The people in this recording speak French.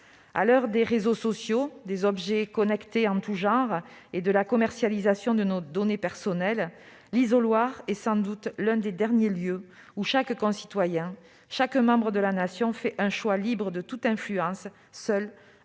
À l'heure des réseaux sociaux, des objets connectés en tout genre et de la commercialisation de nos données personnelles, l'isoloir est sans doute l'un des derniers lieux où chaque concitoyen fait un choix libre de toute influence, seul